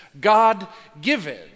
God-given